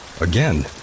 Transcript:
again